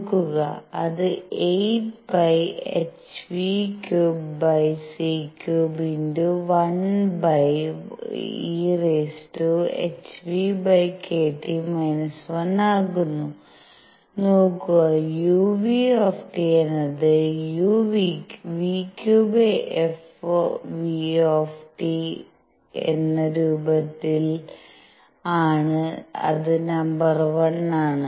നോക്കുക അത് 8πhv³c³1e⁽ʰᵛᵏᵀ⁾ 1 ആകുന്നു നോക്കുക uᵥ എന്നത് ν³fvT എന്ന രൂപത്തിൽ ആണ് അത് നമ്പർ 1 ആണ്